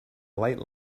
light